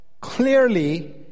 clearly